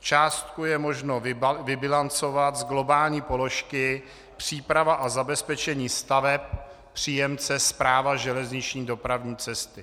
Částku je možno vybilancovat z globální položky Příprava a zabezpečení staveb, příjemce Správa železniční dopravní cesty.